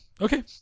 Okay